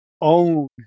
own